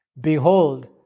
Behold